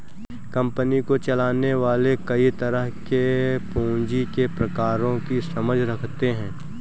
company को चलाने वाले कई तरह के पूँजी के प्रकारों की समझ रखते हैं